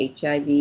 HIV